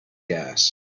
gas